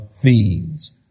thieves